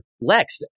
Lex